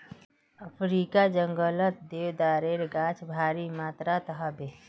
अफ्रीकार जंगलत देवदारेर गाछ भारी मात्रात ह बे